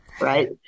Right